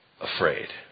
afraid